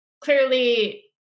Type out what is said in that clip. Clearly